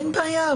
אין בעיה.